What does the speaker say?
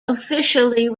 officially